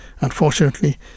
Unfortunately